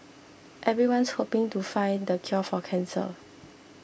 everyone's hoping to find the cure for cancer